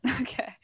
Okay